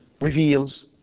reveals